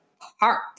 Heart